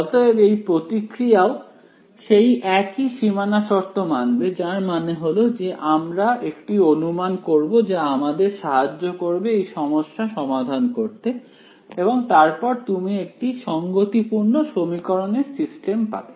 অতএব এই প্রতিক্রিয়াও সেই একই সীমানা শর্ত মানবে যার মানে হল যে আমরা একটি অনুমান করব যা আমাদের সাহায্য করবে এই সমস্যা সমাধান করতে এবং তারপর তুমি একটি সংগতিপূর্ণ সমীকরণ এর সিস্টেম পাবে